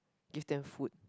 give them food